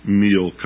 meal